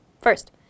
First